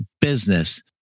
business